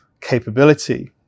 capability